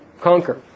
conquer